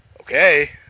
okay